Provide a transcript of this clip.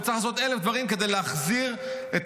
וצריך לעשות 1,000 דברים כדי להחזיר למקום